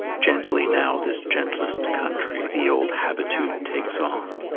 gently now this gentlest country the old habitude takes on,